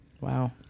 Wow